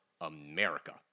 America